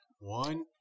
One